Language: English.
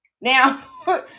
now